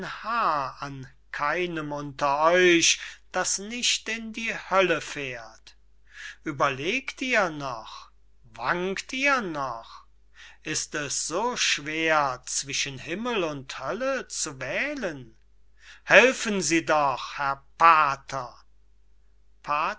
an keinem unter euch das nicht in die hölle fährt ueberlegt ihr noch wankt ihr noch ist es so schwer zwischen himmel und hölle zu wählen helfen sie doch herr pater pater